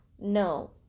No